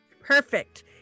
perfect